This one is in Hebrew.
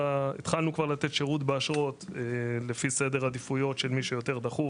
התחלנו כבר לתת שירות באשרות לפי סדר עדיפויות של מי שיותר דחוף,